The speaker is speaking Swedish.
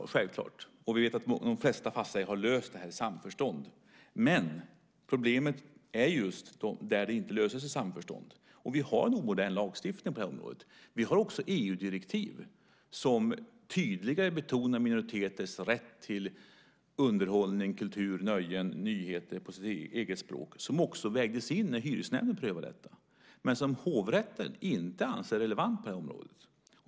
Det är självklart, och vi vet att de flesta fastighetsägare har löst det här i samförstånd. Men problemet är just de fall som inte löses i samförstånd. Vi har en omodern lagstiftning på det här området. Men vi har också EU-direktiv som tydligare betonar minoriteters rätt till underhållning, kultur, nöjen och nyheter på sitt eget språk, som också vägdes in när Hyresnämnden prövade detta men som Hovrätten inte anser är relevant på det här området.